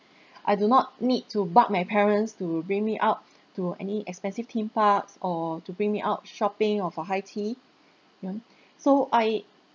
I do not need to bug my parents to bring me out to any expensive theme parks or to bring me out shopping or for high tea you know so I